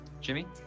Jimmy